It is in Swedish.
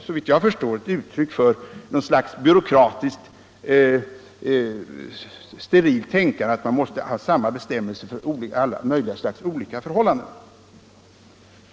Såvitt jag förstår är det ett uttryck för något slags sterilt byråkratiskt tänkande att man måste ha samma bestämmelser för alla möjliga olika förhållanden.